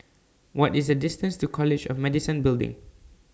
What IS The distance to College of Medicine Building